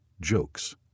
jokes